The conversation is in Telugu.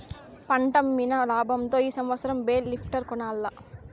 పంటమ్మిన లాబంతో ఈ సంవత్సరం బేల్ లిఫ్టర్ కొనాల్ల